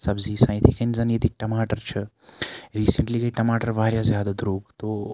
سَبزی چھِ آسان یِتھے کنۍ ییٚتِکۍ ٹَماٹَر چھِ ریٖسنٹلی گٔے ٹَماٹَر واریاہ زیادٕ درٛوٚگ تو